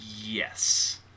yes